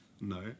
No